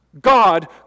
God